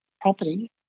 property